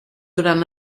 durant